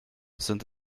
sind